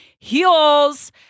heels